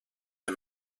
der